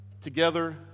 together